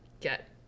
get